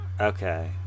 Okay